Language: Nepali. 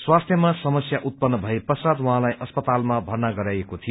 स्वास्थ्यमा समस्या उत्पन्न भए पश्चात उहाँलाई अस्पतालमा भर्ना गराइएको थियो